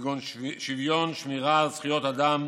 כגון שוויון, שמירה על זכויות אדם